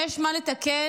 יש מה לתקן,